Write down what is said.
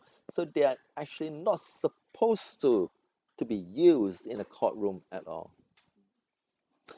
so they are actually not supposed to to be used in a courtroom at all